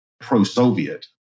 pro-Soviet